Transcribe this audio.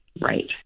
Right